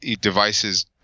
devices